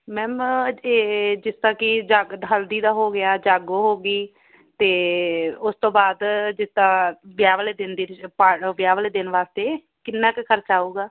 ma'am ਜੇ ਜਿਸ ਤਰ੍ਹਾਂ ਕਿ ਜਦ ਹਲਦੀ ਦਾ ਹੋ ਗਿਆ ਜਾਗੋ ਹੋਗੀ ਅਤੇ ਉਸ ਤੋਂ ਬਾਅਦ ਜਿਸ ਤਰ੍ਹਾਂ ਵਿਆਹ ਵਾਲ਼ੇ ਦਿਨ ਦੀ ਪਾ ਵਿਆਹ ਵਾਲ਼ੇ ਦਿਨ ਵਾਸਤੇ ਕਿੰਨਾ ਕੁ ਖਰਚਾ ਆਊਗਾ